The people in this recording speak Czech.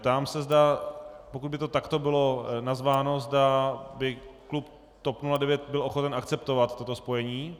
Ptám se, pokud by to takto bylo nazváno, zda by klub TOP 09 byl ochoten akceptovat toto spojení.